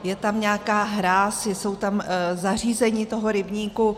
Je tam nějaká hráz, jsou tam zařízení toho rybníku.